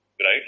right